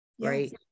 right